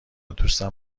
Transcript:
دوستم